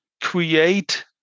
create